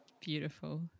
beautiful